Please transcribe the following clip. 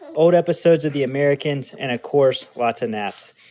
old episodes of the americans and of course lots of naps.